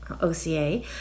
OCA